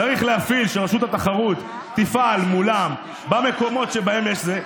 צריך שרשות התחרות תפעל מולם במקומות שבהם יש את זה.